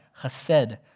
chesed